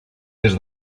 des